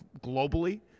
globally